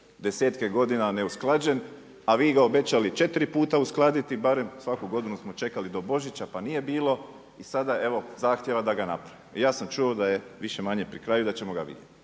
desetke godina neusklađen, a vi ga obećali 4 puta uskladiti, barem svaku godinu smo čekali do Božića, pa nije bilo i sada evo zahtjeva da ga napraviti. Ja sam čuo da je više-manje pri kraju i da ćemo ga vidjeti.